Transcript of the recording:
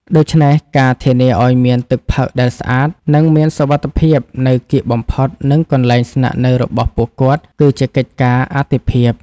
ដូច្នេះ ការធានាឱ្យមានទឹកផឹកដែលស្អាត និងមានសុវត្ថិភាពនៅកៀកបំផុតនឹងកន្លែងស្នាក់នៅរបស់ពួកគាត់ គឺជាកិច្ចការអាទិភាព។